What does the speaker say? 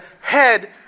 head